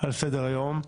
על סדר-היום.